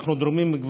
אנחנו דרומיים.